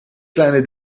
kleine